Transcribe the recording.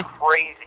crazy